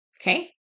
Okay